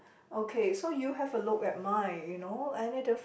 okay so you have a look at mine you know any difference